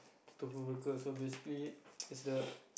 Tofu burger so basically is the